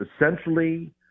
essentially